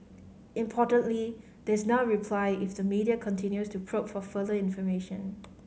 importantly there is now reply if the media continues to probe for further information